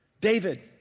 David